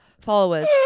followers